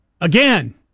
again